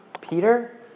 Peter